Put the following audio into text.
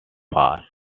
far